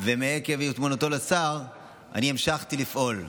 ועקב התמנותו לשר המשכתי לפעול,